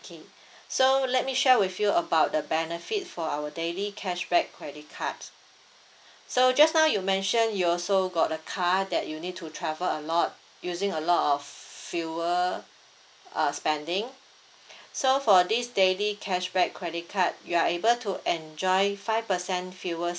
okay so let me share with you about the benefit for our daily cashback credit cards so just now you mentioned you also got the car that you need to travel a lot using a lot of fuel uh spending so for this daily cashback credit card you are able to enjoy five percent fuel